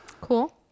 cool